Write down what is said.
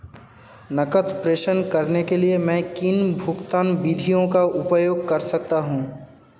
नकद प्रेषण करने के लिए मैं किन भुगतान विधियों का उपयोग कर सकता हूँ?